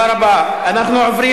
לאיזו ועדה, אדוני?